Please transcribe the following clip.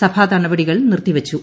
സഭാ നടപടികൾ നിർത്തിവച്ചു